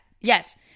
Yes